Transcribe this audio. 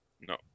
No